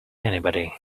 anybody